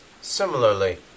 Similarly